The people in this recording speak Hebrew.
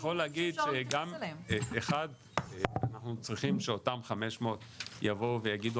אני יכול להגיד שאנחנו צריכים שאותם 500 יבואו ויגידו